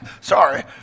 Sorry